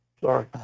Sorry